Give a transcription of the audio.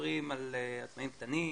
מדברים על עצמאים קטנים,